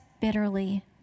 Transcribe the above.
bitterly